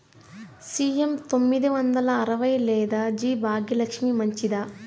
CM తొమ్మిది వందల అరవై లేదా జి భాగ్యలక్ష్మి మంచిదా?